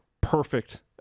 Perfect